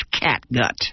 catgut